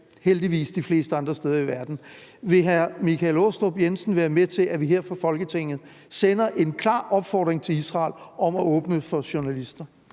heldigvis kan de fleste andre steder i verden. Vil hr. Michael Aastrup Jensen være med til, at vi her fra Folketingets side sender en klar opfordring til Israel om at åbne for journalister?